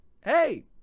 hey